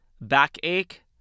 backache